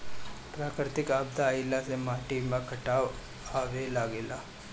प्राकृतिक आपदा आइला से माटी में कटाव आवे लागेला